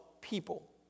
people